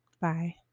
Bye